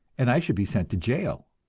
and i should be sent to jail.